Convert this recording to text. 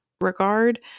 regard